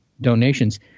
donations